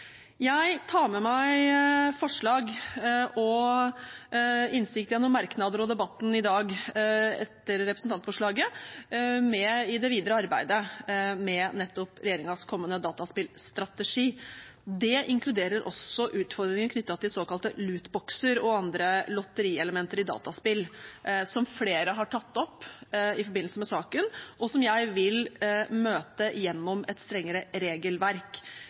Jeg tar med meg forslag og innsikt jeg har fått gjennom merknader og debatten om representantforslaget i dag, i det videre arbeidet med nettopp regjeringens kommende dataspillstrategi. Det inkluderer også utfordringen knyttet til såkalte lootbokser og andre lotterielementer i dataspill, som flere har tatt opp i forbindelse med saken, og som jeg vil møte gjennom et strengere regelverk.